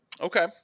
Okay